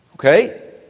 Okay